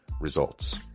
results